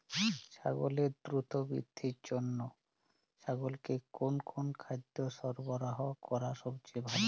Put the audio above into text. ছাগলের দ্রুত বৃদ্ধির জন্য ছাগলকে কোন কোন খাদ্য সরবরাহ করা সবচেয়ে ভালো?